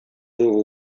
dugu